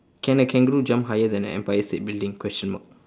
can a kangaroo jump higher than a empire state building question mark